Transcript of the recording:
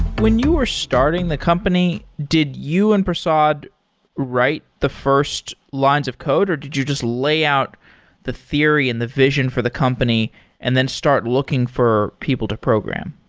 when you were starting the company, did you and prasad write the first lines of code, or did you just lay out the theory and the vision for the company and then start looking for people to program?